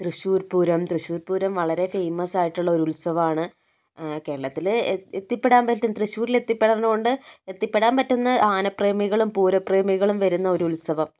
തൃശ്ശൂർ പൂരം തൃശ്ശൂർ പൂരം വളരെ ഫേമസ് ആയിട്ടുള്ള ഒരു ഉത്സവമാണ് കേരളത്തിലെ എത്തിപ്പെടാൻ പറ്റു തൃശ്ശൂരിൽ എത്തിപ്പെടുന്നതു കൊണ്ട് എത്തിപ്പെടാൻ പറ്റുന്ന ആനപ്രേമികളും പൂരപ്രേമികളും വരുന്ന ഒരു ഉത്സവം